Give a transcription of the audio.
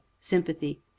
sympathy